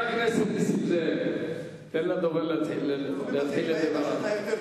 חבר הכנסת נסים זאב, תן לדובר להתחיל לדבר.